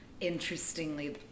interestingly